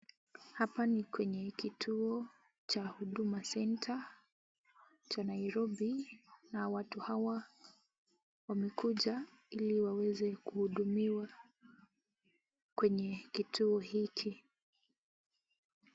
Hapa ni kwenye kituo cha Huduma Center cha Nairobi, na watu hawa wamekuja ili waweze kuhudumiwa kwenye kituo hiki.